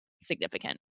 significant